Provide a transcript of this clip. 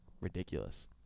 ridiculous